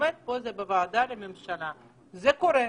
זה קורה.